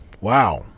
Wow